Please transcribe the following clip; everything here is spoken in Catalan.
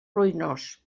ruïnós